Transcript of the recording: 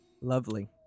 Lovely